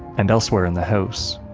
and elsewhere in the house.